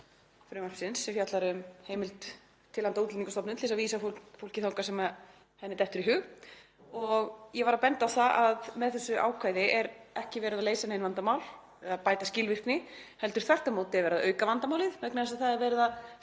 frumvarpsins sem fjallar um heimild til handa Útlendingastofnun til þess að vísa fólki þangað sem henni dettur í hug. Ég var að benda á að með þessu ákvæði sé ekki verið að leysa nein vandamál eða bæta skilvirkni heldur þvert á móti er verið að auka vandamálið vegna þess að það er verið að